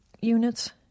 units